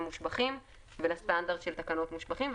המושבחים ולסטנדרט של תקנות המושבחים,